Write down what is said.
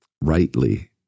rightly